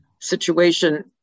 situation